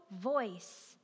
voice